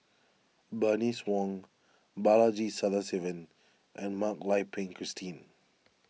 Bernice Wong Balaji Sadasivan and Mak Lai Peng Christine